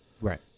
Right